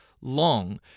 long